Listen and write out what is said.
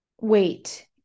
wait